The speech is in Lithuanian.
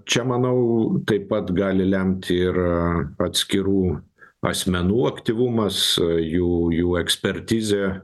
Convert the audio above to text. čia manau taip pat gali lemti ir atskirų asmenų aktyvumas jų jų ekspertizė